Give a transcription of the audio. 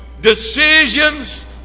Decisions